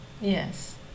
Yes